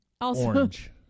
Orange